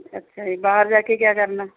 ਅੱਛਾ ਜੀ ਬਾਹਰ ਜਾ ਕੇ ਕਿਆ ਕਰਨਾ